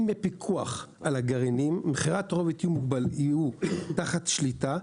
אם יהיה פיקוח על מכירתם הגרעינים תהיה תחת שליטה,